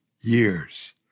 years